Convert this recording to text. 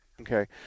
Okay